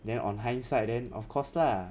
then on hindsight then of course lah